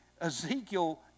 Ezekiel